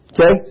Okay